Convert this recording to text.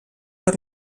per